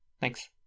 thanks